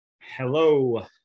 Hello